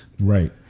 Right